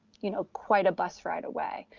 you know, quite a bus ride away.